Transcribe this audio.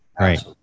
Right